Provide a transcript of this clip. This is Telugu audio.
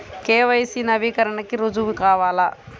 కే.వై.సి నవీకరణకి రుజువు కావాలా?